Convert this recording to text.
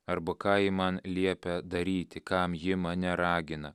arba ką ji man liepia daryti kam ji mane ragina